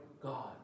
God